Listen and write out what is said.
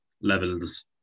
levels